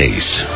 Taste